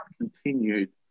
continued